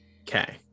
Okay